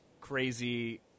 crazy